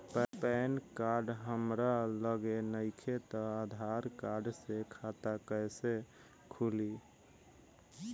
Pan card हमरा लगे नईखे त आधार कार्ड से खाता कैसे खुली?